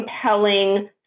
compelling